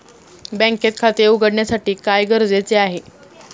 बँकेत खाते उघडण्यासाठी काय गरजेचे आहे?